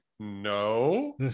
No